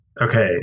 Okay